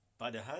padahal